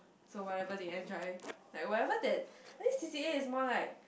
so whatever they enjoy like whatever that I think C_C_A is more like